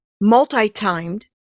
multi-timed